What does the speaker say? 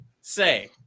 say